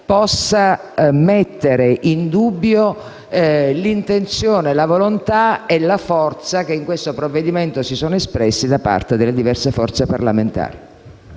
possa mettere in dubbio l'intenzione, la volontà e la forza che nel disegno di legge si sono espresse da parte delle diverse forze parlamentari.